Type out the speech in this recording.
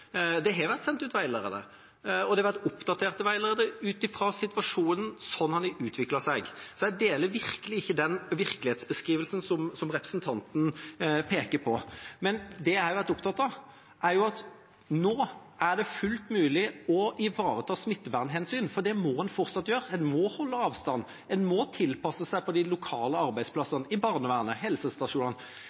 det ikke har vært sendt ut veiledere. Det har blitt sendt ut veiledere, oppdaterte veiledere ut fra situasjonen slik den har utviklet seg. Så jeg er virkelig ikke enig i den virkelighetsbeskrivelsen som representanten peker på. Det jeg har vært opptatt av, er at nå er det fullt mulig å ivareta smittevernhensyn, for det må man fortsatt gjøre. Man må holde avstand, man må tilpasse seg på de lokale arbeidsplassene, i barnevernet, på helsestasjonene,